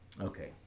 Okay